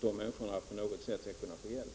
på något sätt skall kunna få hjälp.